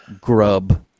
grub